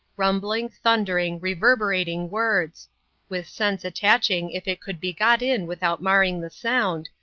rumbling, thundering, reverberating words with sense attaching if it could be got in without marring the sound,